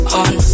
on